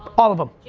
all of them.